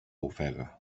ofega